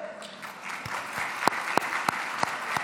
(מחיאות